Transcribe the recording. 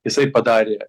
jisai padarė